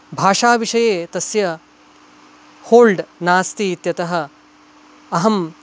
भाषाविषये तस्य होळ्ड् नास्ति इत्यतः अहं